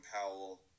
Powell